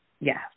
Yes